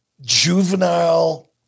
juvenile